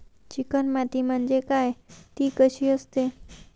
Chicken माती म्हणजे काय? ति कशी असते?